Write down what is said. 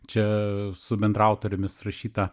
čia su bendraautorėmis rašyta